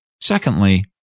secondly